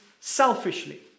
selfishly